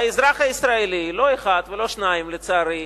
והאזרח הישראלי, לא אחד ולא שניים, לצערי,